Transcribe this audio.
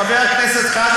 חבר הכנסת,